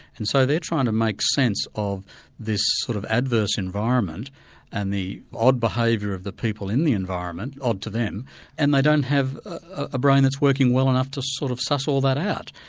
and so they're trying to make sense of this sort of adverse environment and the odd behaviour of the people in the environment odd to them and they don't have a brain that's working well enough to sort of suss all of that out.